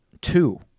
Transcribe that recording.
two